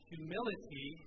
Humility